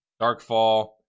Darkfall